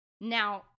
now